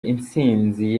intsinzi